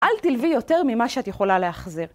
אל תלווי יותר ממה שאת יכולה להחזיר.